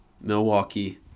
Milwaukee